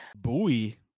buoy